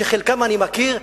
שחלקם אני מכיר,